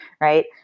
right